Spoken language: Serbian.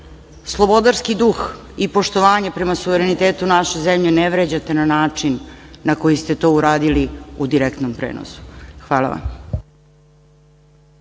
slobodarski duh i poštovanje prema našoj zemlji, ne vređate na način na koji ste to uradili u direktnom prenosu. Hvala vam.